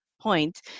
point